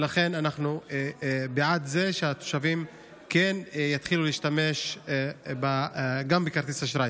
ולכן אנחנו בעד זה שהתושבים כן יתחילו להשתמש גם בכרטיס אשראי.